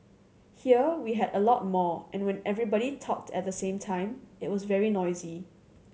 here we had a lot more and when everybody talked at the same time it was very noisy